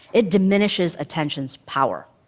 it diminishes attention's power.